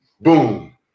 Boom